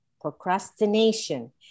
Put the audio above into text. Procrastination